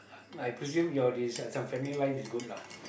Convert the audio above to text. my presume your this family life is good lah